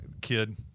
kid